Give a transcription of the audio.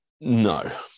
no